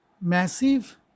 massive